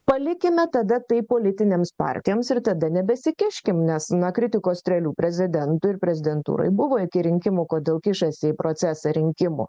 palikime tada tai politinėms partijoms ir tada nebesikiškim nes na kritikos strėlių prezidentui ir prezidentūrai buvo iki rinkimų kodėl kišasi į procesą rinkimų